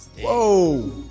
Whoa